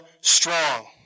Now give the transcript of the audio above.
strong